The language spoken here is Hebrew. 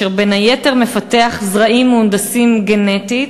אשר בין היתר מפתח זרעים מהונדסים גנטית